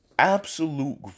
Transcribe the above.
absolute